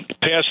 past